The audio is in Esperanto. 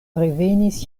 revenis